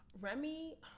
Remy